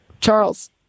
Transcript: Charles